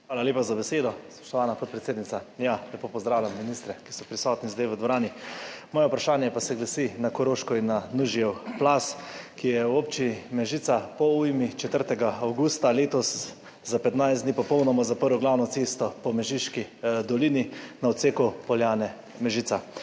Hvala lepa za besedo, spoštovana podpredsednica. Lepo pozdravljam ministre, ki so prisotni zdaj v dvorani! Moje vprašanje pa se glasi glede Koroške in Nužijevega plazu, ki je v občini Mežica po ujmi 4. avgusta letos za 15 dni popolnoma zaprl glavno cesto po Mežiški dolini na odseku Poljane–Mežica.